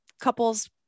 couples